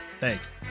thanks